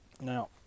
Now